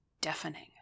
deafening